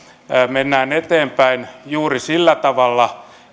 mennään eteenpäin juuri sillä tavalla